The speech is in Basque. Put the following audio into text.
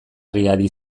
riadi